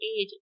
age